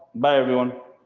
bye, everyone.